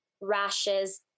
rashes